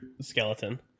skeleton